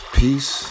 peace